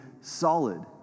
solid